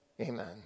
amen